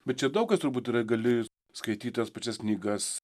bet čia daug kas turbūt yra gali ir skaityt tas pačias knygas